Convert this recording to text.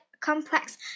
complex